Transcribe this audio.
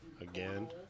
Again